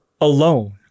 alone